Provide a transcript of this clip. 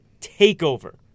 Takeover